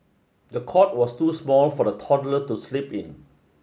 the cot was too small for the toddler to sleep in